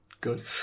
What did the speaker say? good